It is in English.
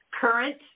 current